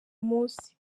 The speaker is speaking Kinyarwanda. munsi